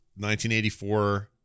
1984